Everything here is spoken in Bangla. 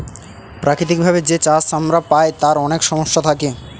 প্রাকৃতিক ভাবে যে চাষ আমরা পায় তার অনেক সমস্যা থাকে